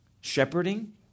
Shepherding